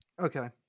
Okay